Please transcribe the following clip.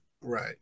Right